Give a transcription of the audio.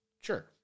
Sure